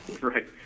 Right